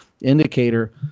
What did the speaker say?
indicator